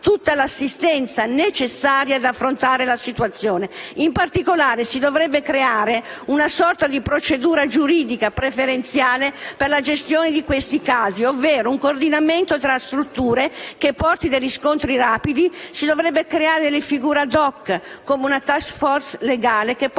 tutta l'assistenza necessaria ad affrontare la situazione. In particolare si dovrebbe creare una sorta di procedura giuridica preferenziale per la gestione di questi casi, ovvero un coordinamento tra strutture, che porti a dei riscontri rapidi; si dovrebbero creare delle figure *ad hoc* come una *task force* legale che possa